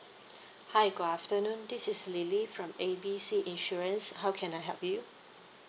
hi good afternoon this is lily from A B C insurance how can I help you